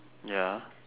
ya